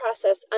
process